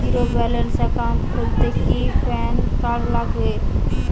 Zero balance account খুলতে কি PAN card লাগে?